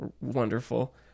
wonderful